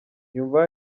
yumva